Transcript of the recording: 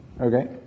Okay